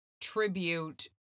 tribute